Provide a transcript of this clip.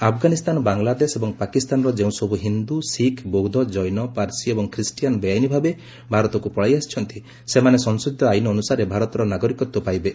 ଆଫଗାନିସ୍ଥାନ ବାଂଲାଦେଶ ଏବଂ ପାକିସ୍ତାନର ଯେଉଁସବୁ ହିନ୍ଦୁ ଶିଖ ବୌଦ୍ଧ ଜେନ ପାର୍ସୀ ଏବଂ ଖ୍ରୀଷ୍ଟିଆନ୍ ବେଆଇନ ଭାବେ ଭାରତକୁ ପଳାଇ ଆସିଛନ୍ତି ସେମାନେ ସଂଶୋଧିତ ଆଇନ ଅନୁସାରେ ଭାରତର ନାଗରିକତ୍ୱ ପାଇବେ